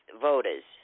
voters